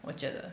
我觉得